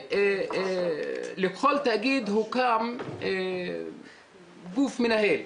לכל תאגיד הוקם גוף מנהל.